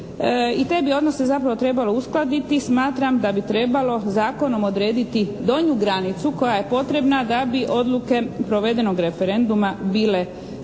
i te bi odnose zapravo trebalo uskladiti, smatram da bi trebalo zakonom odrediti donju granicu koja je potrebna da bi odluke provedenog referenduma bile važeće